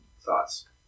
thoughts